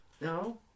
No